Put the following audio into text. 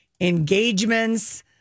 engagements